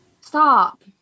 stop